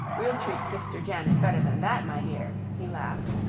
we'll treat sister janet better than that, my dear, he laughed,